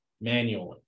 manually